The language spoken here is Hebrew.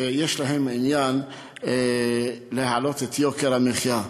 שיש להם עניין להעלות את יוקר המחיה.